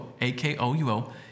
A-K-O-U-O